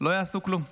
לא יעשו כלום.